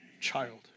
child